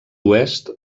oest